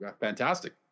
fantastic